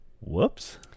Whoops